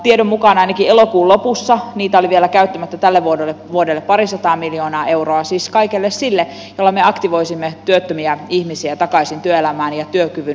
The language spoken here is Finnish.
tiedon mukaan ainakin elokuun lopussa niitä oli vielä käyttämättä tälle vuodelle parisataa miljoonaa euroa siis kaikelle sille jolla me aktivoisimme työttömiä ihmisiä takaisin työelämään ja työkyvyn ylläpitämiseen